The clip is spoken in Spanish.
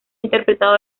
interpretado